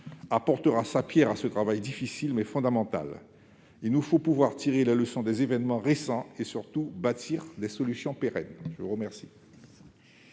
apportera sa pierre à ce travail fondamental. Il nous faut pouvoir tirer les leçons des événements récents et surtout bâtir des solutions pérennes. Nous en